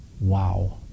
Wow